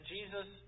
Jesus